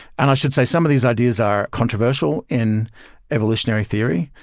and i should say, some of these ideas are controversial in evolutionary theory,